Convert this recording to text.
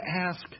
ask